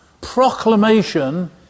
Proclamation